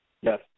Yes